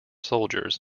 soldiers